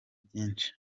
byinshi